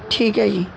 ਠੀਕ ਹੈ ਜੀ